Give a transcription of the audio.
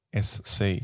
SC